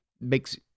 makes